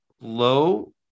low